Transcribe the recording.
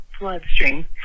bloodstream